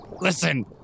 Listen